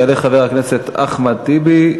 יעלה חבר הכנסת אחמד טיבי,